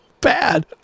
bad